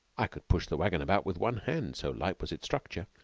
i could push the wagon about with one hand, so light was its structure.